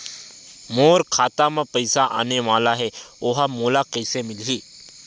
मोर खाता म पईसा आने वाला हे ओहा मोला कइसे मिलही?